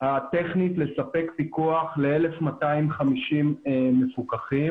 הטכנית לספק פיקוח ל-1,250 מפוקחים,